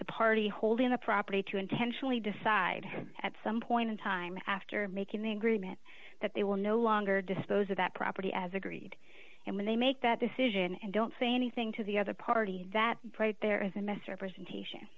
the party holding the property to intentionally decide at some point in time after making the agreement that they will no longer dispose of that property as agreed and when they make that decision and don't say anything to the other party that